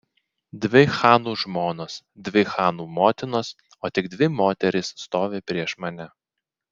dvi chanų žmonos dvi chanų motinos o tik dvi moterys stovi prieš mane